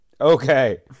Okay